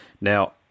Now